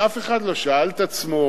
ואף אחד לא שאל את עצמו,